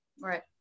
Right